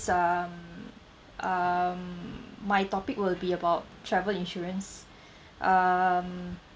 um um my topic will be about travel insurance um